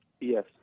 Yes